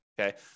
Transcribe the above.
okay